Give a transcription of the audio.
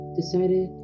decided